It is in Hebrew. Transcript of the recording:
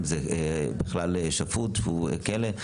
אם זה בכלל שפוט והוא בכלא,